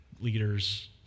leaders